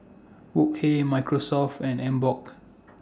Wok Hey Microsoft and Emborg